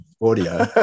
audio